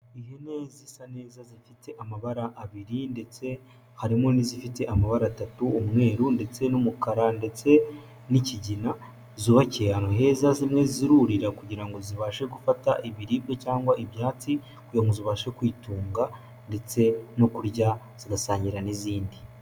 Ihene zisa neza, zifite amabara abiri ndetse harimo n'izifite amabara atatu, umweru ndetse n'umukara ndetse n'ikigina, zubakiye ahantu heza, zimwe zirurira kugira ngo zibashe gufata ibiribwa cyangwa ibyatsi kugira ngo zibashe kwitunga ndetse no kurya, zigasangira n'izindi.